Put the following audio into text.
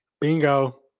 Bingo